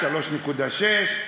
3.6%,